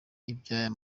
iby’aya